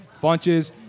Funches